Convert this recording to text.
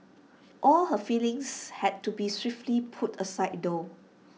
all her feelings had to be swiftly put aside though